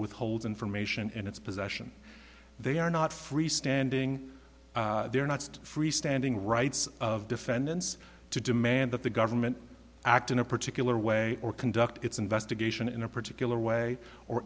withhold information in its possession they are not free standing there next free standing rights of defendants to demand that the government act in a particular way or conduct its investigation in a particular way or